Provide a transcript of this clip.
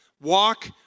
Walk